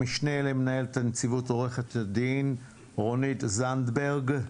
המשנה למנהלת הנציבות עו"ד רונית זנדברג,